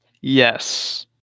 Yes